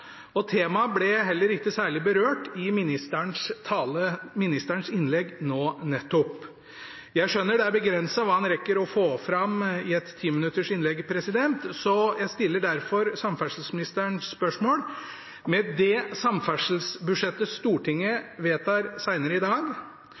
Temaet ble heller ikke særlig berørt i ministerens innlegg nå nettopp. Jeg skjønner at det er begrenset hva en rekker å få fram i et timinuttersinnlegg, så jeg stiller derfor samferdselsministeren spørsmål: Med det samferdselsbudsjettet Stortinget